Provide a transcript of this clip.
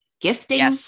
gifting